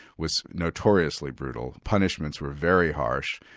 was notoriously brutal, punishments were very harsh,